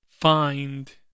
find